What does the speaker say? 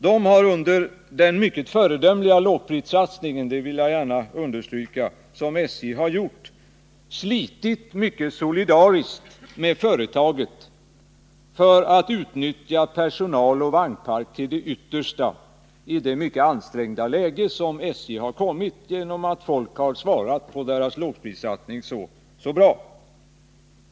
De har under den mycket föredömliga — det vill jag gärna understryka — lågprissatsning som SJ gjort slitit solidariskt med företaget för att utnyttja personal och vagnpark till det yttersta i det mycket ansträngda läge som SJ kommit i genom att folk har svarat så bra på lågprissatsningen.